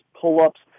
pull-ups